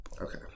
Okay